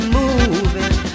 moving